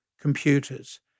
computers